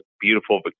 beautiful